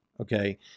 Okay